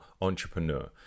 entrepreneur